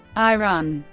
i run,